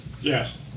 Yes